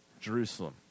Jerusalem